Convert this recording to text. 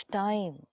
time